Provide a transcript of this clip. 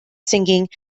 singing